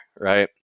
Right